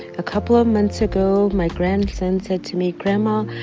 a couple of months ago, my grandson said to me, grandma,